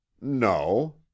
no